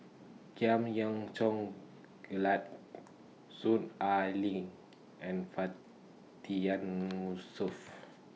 Giam Yean Song Gerald Soon Ai Ling and Fatiyan Yusof